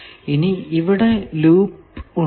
ഇനി ഇവിടെ ലൂപ്പ് ഉണ്ടോ